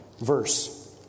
verse